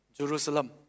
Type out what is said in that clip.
Jerusalem